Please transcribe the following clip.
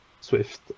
Swift